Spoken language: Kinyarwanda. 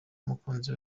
umukunzi